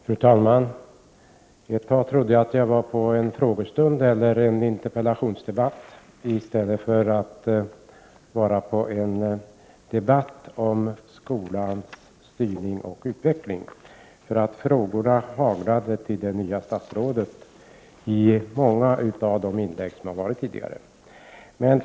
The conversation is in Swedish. Fru talman! Jag trodde ett tag att jag var närvarande vid en frågestund eller en interpellationsdebatt i stället för att delta i en debatt om skolans styrning och utveckling, eftersom frågorna till det nya statsrådet haglade i många av de tidigare anförandena.